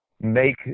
make